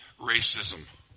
racism